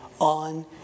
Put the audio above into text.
on